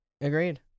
Agreed